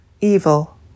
evil